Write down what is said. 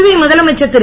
புதுவை முதலமைச்சர் திரு